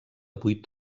vuit